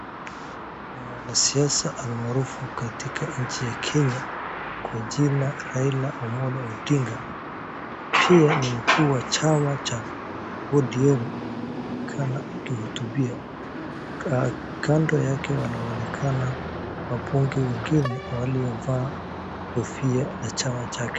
Mwanasiasa almaarufu katika nchi ya Kenya kwa jina Raila Amollo Odinga. Na pia ni mkuu wa chama cha ODM anaonekana akihutubia. Kando yake wanaonekana wabunge wengine waliovaa kofia la chama chake.